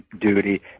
duty